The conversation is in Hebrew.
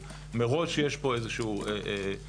אז מראש יש פה איזשהו צמצום של האוכלוסייה.